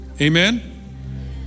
Amen